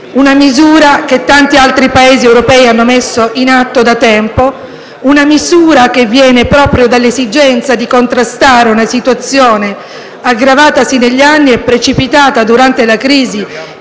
una misura che tanti altri Paesi europei hanno messo in atto da tempo e che viene proprio dall'esigenza di contrastare una situazione aggravatasi negli anni e precipitata durante la crisi